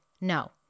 no